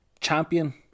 Champion